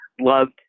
loved